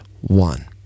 one